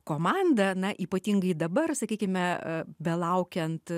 komandą na ypatingai dabar sakykime belaukiant